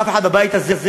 אף אחד בבית הזה,